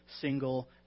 single